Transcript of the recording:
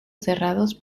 cerrados